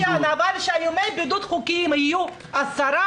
אבל כשימי הבידוד החוקיים יהיו 10,